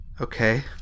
okay